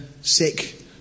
sick